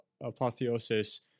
Apotheosis